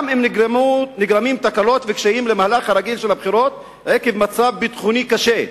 גם אם נגרמים תקלות וקשיים למהלך הרגיל של הבחירות עקב מצב ביטחוני קשה,